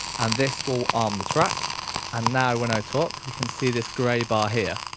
and this will arm the track and now when i talk we can see this grey bar here.